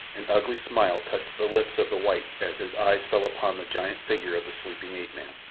an ugly smile touched the lips of the white as his eyes fell upon the giant figure of the sleeping ape-man.